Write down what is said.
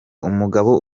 umugabo